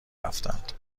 رفتند